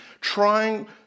trying